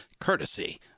courtesy